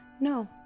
no